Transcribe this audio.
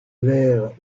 vers